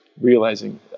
realizing